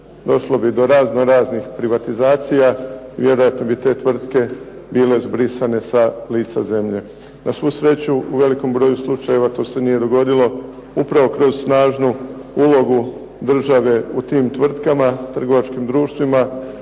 Došlo bi do razno raznih privatizacija, vjerojatno bi te tvrtke bile brisane sa lica zemlje. Na svu sreću u velikom broju slučajeva to se nije dogodilo upravo kroz snažnu ulogu države u tim tvrtkama, trgovačkim društvima,